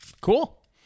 cool